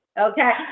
Okay